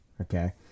Okay